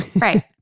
Right